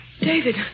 David